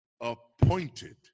appointed